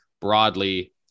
broadly